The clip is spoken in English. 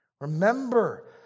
Remember